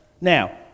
Now